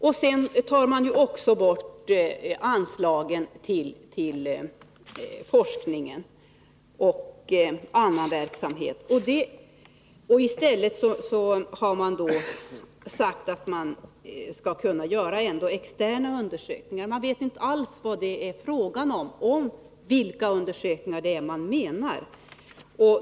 Dessutom tar man bort anslagen till forskning och annan verksamhet. Man har sagt att det i stället skall kunna göras externa undersökningar, men vi vet inte alls vilka undersökningar det är fråga om.